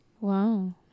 Wow